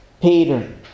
Peter